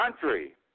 country